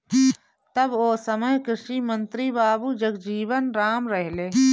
तब ओ समय कृषि मंत्री बाबू जगजीवन राम रहलें